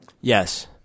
Yes